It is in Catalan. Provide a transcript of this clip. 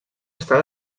està